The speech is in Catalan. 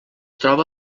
troba